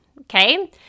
okay